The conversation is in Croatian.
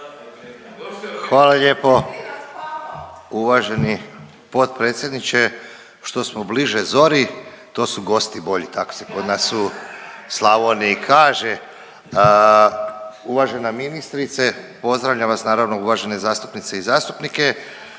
Hvala lijepo uvaženi potpredsjedniče. Što smo bliže zori to su gosti bolji tako se kod nas u Slavoniji kaže. Uvažena ministrice pozdravljam vas naravno uvažene zastupnice i zastupnike